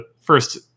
first